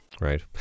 Right